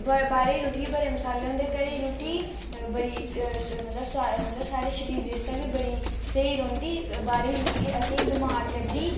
बाह्रै दी रुट्टियै च बड़े मसाले होंदे घरै दी रुट्टी बड़ी मतलब सुआदली साढ़े शरीर आस्तै बी बड़ी स्हेई रौंह्दी बाह्रै दी रुट्टी असेंई बमार करदी